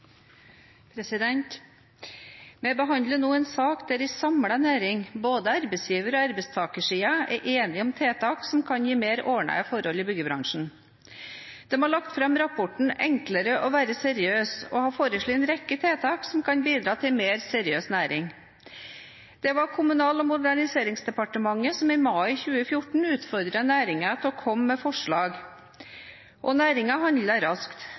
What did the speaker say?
enige om tiltak som kan gi mer ordnede forhold i byggebransjen. De har lagt fram rapporten «Enkelt å være seriøs» og har foreslått en rekke tiltak som kan bidra til en mer seriøs næring. Det var Kommunal-og moderniseringsdepartementet som i mai 2014 utfordret næringen til å komme med forslag, og næringen handlet raskt.